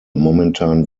momentan